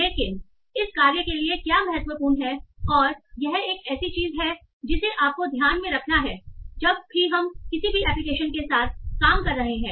लेकिन इस कार्य के लिए क्या महत्वपूर्ण है और यह एक ऐसी चीज है जिसे आपको ध्यान में रखना है जब हम किसी भी एप्लिकेशन के साथ काम कर रहे हैं